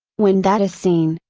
when that is seen,